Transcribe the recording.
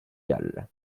gall